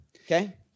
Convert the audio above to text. okay